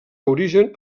origen